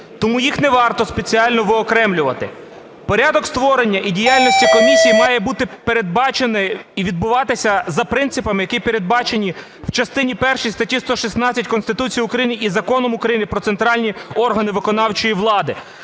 тому їх не варто спеціально виокремлювати. Порядок створення і діяльності комісії має бути передбачене, і відбуватися за принципами, які передбачені у частині першій статті 116 Конституції України і Законом України "Про центральні органи виконавчої влади",